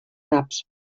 naps